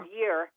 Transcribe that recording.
year